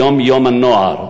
היום יום הנוער,